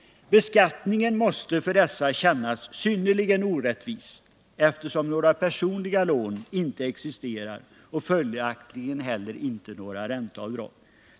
Beskattningen måste för dessa kännas synnerligen orättvis eftersom några personliga lån inte existerar och följaktligen inte heller några ränteavdrag.